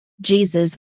Jesus